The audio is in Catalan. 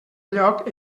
lloc